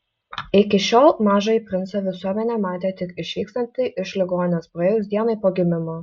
iki šiol mažąjį princą visuomenė matė tik išvykstantį iš ligoninės praėjus dienai po gimimo